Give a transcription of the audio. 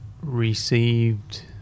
received